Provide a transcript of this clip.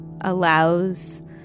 allows